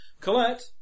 Colette